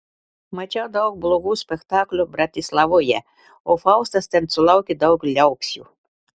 mačiau daug blogų spektaklių bratislavoje o faustas ten sulaukė daug liaupsių